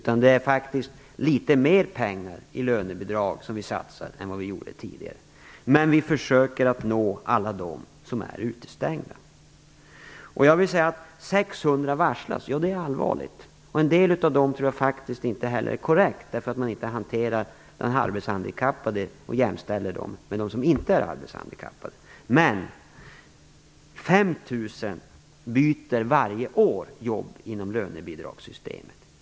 Vi satsar faktiskt litet mer pengar i lönebidrag än vi gjorde tidigare. Men vi försöker att nå alla dem som är utestängda. Jag vill säga att det är allvarligt att 600 personer varslas. En del av den siffran tror jag faktiskt inte heller är korrekt. Man jämställer inte de arbetshandikappade med dem som inte är arbetshandikappade. 5 000 personer byter varje år jobb inom lönebidragssystemet.